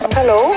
Hello